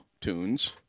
tunes